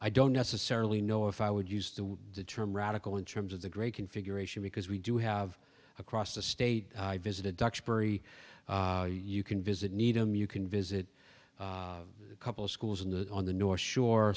i don't necessarily know if i would use the term radical in terms of the great configuration because we do have across the state visit a dutch bury you can visit needham you can visit a couple of schools in the on the north shore